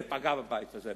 ופגע בבית הזה,